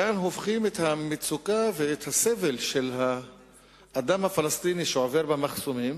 כאן הופכים את המצוקה ואת הסבל של האדם הפלסטיני שעובר במחסומים